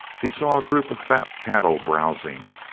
he saw a group of fat cattle browzing,